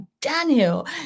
Daniel